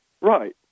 Right